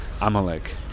Amalek